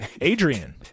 Adrian